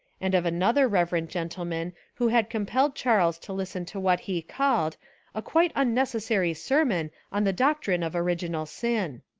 and of another reverend gentleman who had compelled charles to listen to what he called a quite unnecessary sermon on the doc trine of original sin.